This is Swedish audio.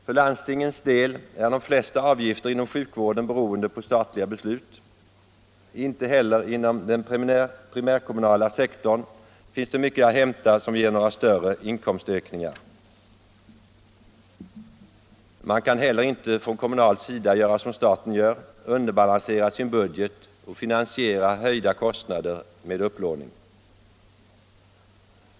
För landstingens del är de flesta avgifter inom sjukvården beroende på statliga beslut. Inte heller inom den primärkommunala sektorn finns det mycket att hämta som ger några större inkomstökningar. Man kan inte heller från kommunal sida göra som staten gör: underbalansera sin budget och finansiera höjda kostnader med upplåning.